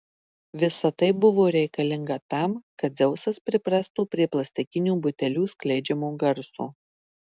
visa tai buvo reikalinga tam kad dzeusas priprastų prie plastikinių butelių skleidžiamo garso